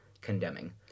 condemning